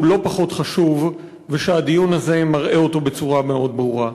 שהוא לא פחות חשוב ושהדיון הזה מראה אותו בצורה מאוד ברורה.